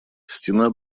стена